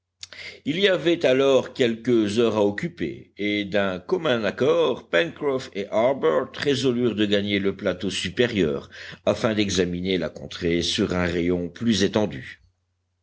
il y avait alors quelques heures à occuper et d'un commun accord pencroff et harbert résolurent de gagner le plateau supérieur afin d'examiner la contrée sur un rayon plus étendu